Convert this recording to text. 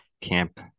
camp